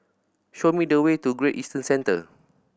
show me the way to Great Eastern Centre